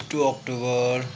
two October